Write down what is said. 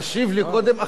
תשיב לי קודם,